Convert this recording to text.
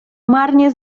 marnie